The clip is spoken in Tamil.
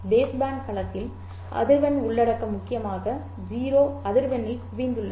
பேஸ்பேண்ட் களத்தில் அதிர்வெண் உள்ளடக்கம் முக்கியமாக 0 அதிர்வெண்ணில் குவிந்துள்ளது